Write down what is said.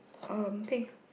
um pink